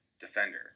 defender